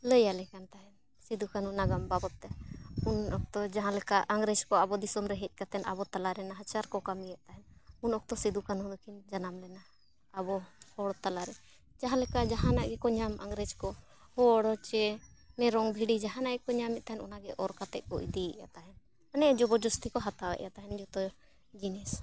ᱞᱟᱹᱭᱟᱞᱮ ᱠᱟᱱ ᱛᱟᱦᱮᱱ ᱥᱤᱫᱩ ᱠᱟᱱᱩ ᱱᱟᱜᱟᱢ ᱵᱟᱵᱚᱛ ᱛᱮ ᱩᱱ ᱚᱠᱛᱚ ᱡᱟᱦᱟᱸ ᱞᱮᱠᱟ ᱤᱝᱨᱮᱡᱽ ᱠᱚ ᱟᱵᱚ ᱫᱤᱥᱚᱢ ᱨᱮ ᱦᱮᱡ ᱠᱟᱛᱮᱱ ᱟᱵᱚ ᱛᱟᱞᱟᱨᱮ ᱱᱟᱦᱟᱪᱟᱨ ᱠᱚ ᱠᱟᱹᱢᱤᱭᱮᱫ ᱛᱟᱦᱮᱱ ᱩᱱ ᱚᱠᱛᱚ ᱥᱤᱫᱩ ᱠᱟᱱᱩ ᱛᱟᱠᱤᱱ ᱡᱟᱱᱟᱢ ᱞᱮᱱᱟ ᱟᱵᱚ ᱦᱚᱲ ᱛᱟᱞᱟᱨᱮ ᱡᱟᱦᱟᱸ ᱞᱮᱠᱟ ᱡᱟᱦᱟᱱᱟᱜ ᱜᱮᱠᱚ ᱧᱟᱢ ᱤᱝᱨᱮᱡᱽ ᱠᱚ ᱦᱚᱲ ᱥᱮ ᱢᱮᱨᱚᱢ ᱵᱷᱤᱲᱤ ᱡᱟᱦᱟᱱᱟᱜ ᱜᱮᱠᱚ ᱧᱟᱢᱮᱫ ᱛᱟᱦᱮᱱ ᱚᱱᱟ ᱜᱮ ᱚᱨ ᱠᱟᱛᱮᱫ ᱠᱚ ᱤᱫᱤᱭᱮᱫ ᱛᱟᱦᱮᱱ ᱚᱱᱮ ᱡᱚᱵᱚᱨ ᱡᱚᱥᱛᱤ ᱠᱚ ᱦᱟᱛᱟᱣ ᱮᱫ ᱛᱟᱦᱮᱱ ᱡᱷᱚᱛᱚ ᱡᱤᱱᱤᱥ